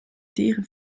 tige